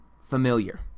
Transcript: familiar